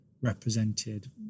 represented